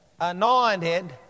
anointed